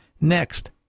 Next